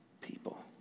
people